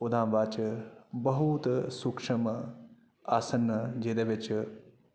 ओह्दे हा बाद च बहुत सुक्ष्म आसन जेह्दे बिच